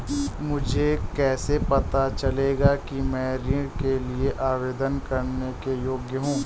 मुझे कैसे पता चलेगा कि मैं ऋण के लिए आवेदन करने के योग्य हूँ?